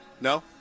No